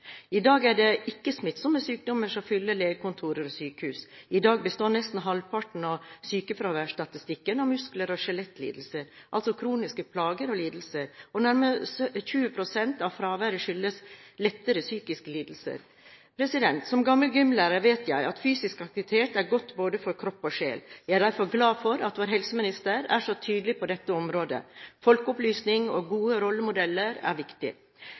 I dag er det de ikke-smittsomme sykdommene som fyller legekontorer og sykehus. I dag består nesten halvparten av sykefraværsstatistikken av muskel- og skjelettlidelser, altså kroniske plager og lidelser, og nærmere 20 pst. av fraværet skyldes lettere psykiske lidelser. Som gammel gymlærer vet jeg at fysisk aktivitet er godt for både kropp og sjel. Jeg er derfor glad for at vår helseminister er så tydelig på dette området. Folkeopplysning og gode rollemodeller er viktig.